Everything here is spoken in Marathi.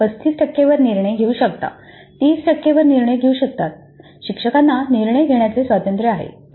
आपण 35 टक्के वर निर्णय घेऊ शकता 30 टक्के वर निर्णय घेऊ शकता शिक्षकांना निर्णय घेण्याचे स्वातंत्र्य आहे